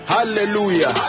Hallelujah